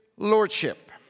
Lordship